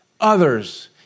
others